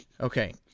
Okay